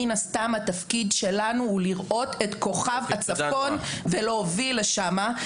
מין הסתם התפקיד שלנו הוא לראות את כוכב הצפון ולהוביל לשם.